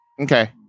Okay